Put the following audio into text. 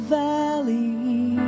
valley